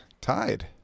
tied